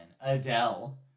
Adele